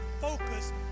focus